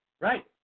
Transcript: Right